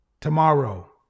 Tomorrow